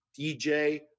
DJ